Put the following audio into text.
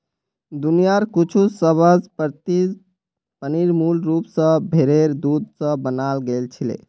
दुनियार कुछु सबस प्रसिद्ध पनीर मूल रूप स भेरेर दूध स बनाल गेल छिले